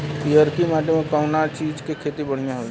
पियरकी माटी मे कउना चीज़ के खेती बढ़ियां होई?